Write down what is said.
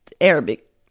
arabic